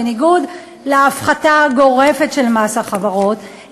בניגוד להפחתה הגורפת של מס החברות,